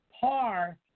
par